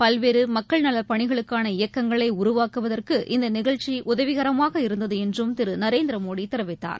பல்வேறுமக்கள் நலப்பணிக்களுக்கான இயக்கங்களைஉருவாக்குவதற்கு இந்தநிகழ்ச்சிஉதவிகரமாக இருந்ததுஎன்றும் திருநரேந்திரமோடிதெரிவித்தார்